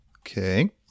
Okay